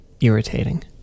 irritating